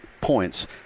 points